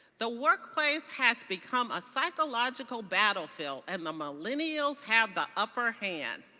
the workplace has become a psychological battlefield and the millennials have the upper hand.